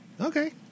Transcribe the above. Okay